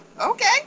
okay